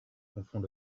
confond